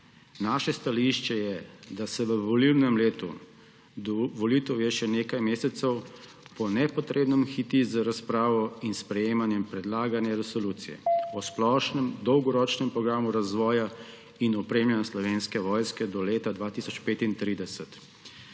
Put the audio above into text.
Naše stališče je, da se v volilnem letu, do volitev je še nekaj mesecev, po nepotrebnem hiti z razpravo in sprejemanjem predlagane resolucije o splošnem dolgoročnem programu razvoja in opremljanja Slovenske vojske do leta 2035.